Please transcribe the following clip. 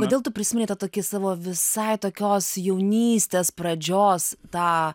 kodėl tu prisimeni tą tokį savo visai tokios jaunystės pradžios tą